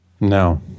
No